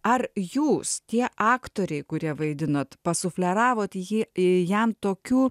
ar jūs tie aktoriai kurie vaidinot pasufleravot jį jam tokių